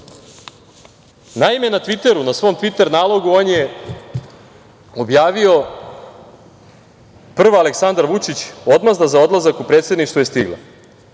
Tviteru, na svom tviter nalogu on je objavio, prva - Aleksandar Vučić odmazda za odlazak u predsedništvo je stigla,